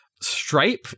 Stripe